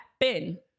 happen